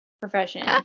profession